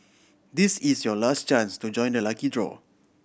this is your last chance to join the lucky draw